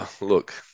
Look